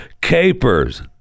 capers